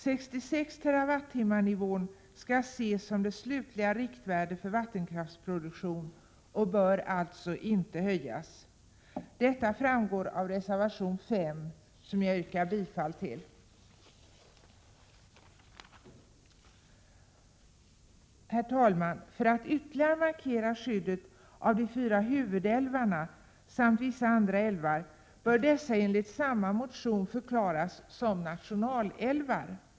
Denna nivå skall ses som det slutliga riktvärdet för vattenkraftsproduktion och bör alltså inte höjas. Detta framgår av reservation 5, som jag yrkar bifall till. Herr talman! För att ytterligare markera skyddet av de fyra huvudälvarna samt vissa andra älvar bör dessa enligt samma motion förklaras som nationalälvar.